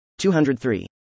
203